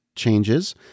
changes